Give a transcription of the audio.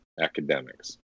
academics